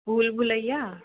भूलभुलैया